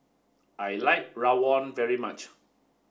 I like Rawon very much